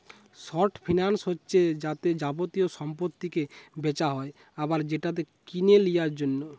short finance হচ্ছে যাতে যাবতীয় সম্পত্তিকে বেচা হয় আবার সেটাকে কিনে লিয়ার জন্যে